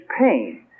pain